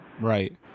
right